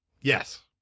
Yes